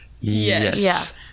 Yes